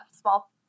small